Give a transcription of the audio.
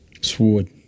Sword